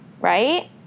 right